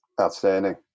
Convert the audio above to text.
Outstanding